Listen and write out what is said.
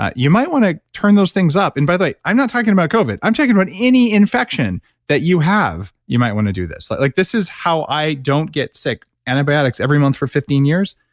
ah you might want to turn those things up and by the way, i'm not talking about covid, i'm talking about any infection that you have. you might want to do this. like like this is how i don't get sick, antibiotics every month for fifteen years.